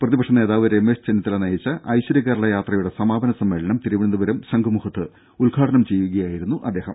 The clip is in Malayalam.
പ്രതിപക്ഷ നേതാവ് രമേശ് ചെന്നിത്തല നയിച്ച ഐശ്വര്യ കേരള യാത്രയുടെ സമാപന സമ്മേളനം തിരുവനന്തപുരം ശംഖുമുഖത്ത് ഉദ്ഘാടനം ചെയ്യുകയായിരുന്നു അദ്ദേഹം